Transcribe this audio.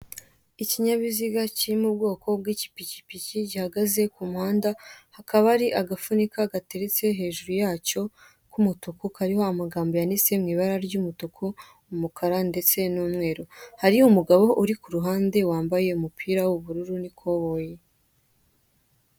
Ikinyabiziga kiri mu bwoko bw'ipikipiki, gihagaze ku muhanda, hakaba hari agapfunyika hateretse hejuru yacyo k'umutuku kariho amagambo yanditse mu ibara ry'umutuku, umukara n'umweru. Hari umugabo uri ku ruhande wambaye wambaye umupira w'ubururu n'ikoboyi.